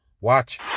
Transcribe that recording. Watch